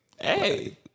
Hey